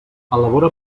elabora